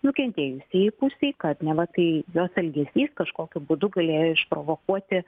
nukentėjusiajai pusei kad neva tai jos elgesys kažkokiu būdu galėjo išprovokuoti